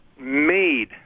made